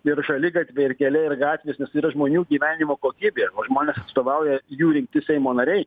ir šaligatviai ir keliai ir gatvės nes tai yra žmonių gyvenimo kokybė o žmones atstovauja jų rinkti seimo nariai